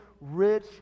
rich